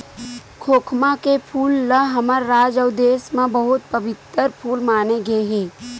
खोखमा के फूल ल हमर राज अउ देस म बहुत पबित्तर फूल माने गे हे